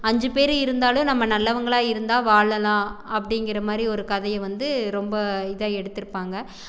அஞ்சு பேர் இருந்தாலும் நம்ம நல்லவர்களா இருந்தால் வாழலாம் அப்படிங்குற மாதிரி ஒரு கதையை வந்து ரொம்ப இதாக எடுத்திருப்பாங்க